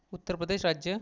उत्तर प्रदेश राज्य